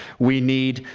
we need,